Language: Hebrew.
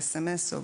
במסרון,